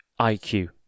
IQ